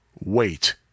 Wait